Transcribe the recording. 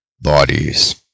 bodies